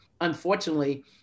Unfortunately